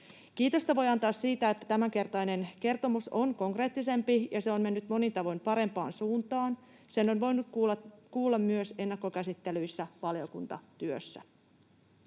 Kiitosta voi antaa siitä, että tämänkertainen kertomus on konkreettisempi ja se on mennyt monin tavoin parempaan suuntaan. Sen on voinut kuulla myös ennakkokäsittelyissä valiokuntatyössä.